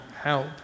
help